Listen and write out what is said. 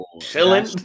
chilling